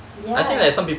ya